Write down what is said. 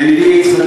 ידידי יצחק